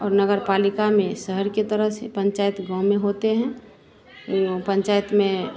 और नगर पालिका में शहर के तरह से पंचायत गाँव में होते हैं इनो पंचायत में